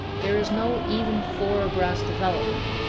there is no even four-abreast development.